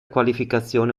qualificazione